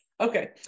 Okay